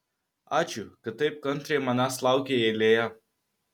ačiū kad taip kantriai manęs laukei eilėje